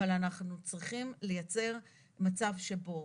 אבל אנחנו צריכים לייצר מצב שבו,